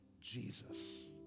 Jesus